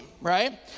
right